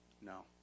No